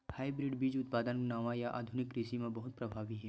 hybrid बीज उत्पादन हा नवा या आधुनिक कृषि मा बहुत प्रभावी हे